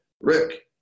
Rick